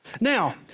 Now